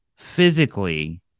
physically